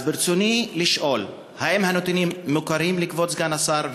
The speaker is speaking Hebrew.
רצוני לשאול: 1. האם הנתונים מוכרים לכבוד סגן השר?